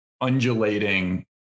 undulating